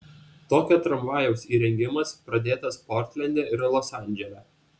tokio tramvajaus įrengimas pradėtas portlende ir los andžele